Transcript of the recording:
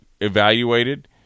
evaluated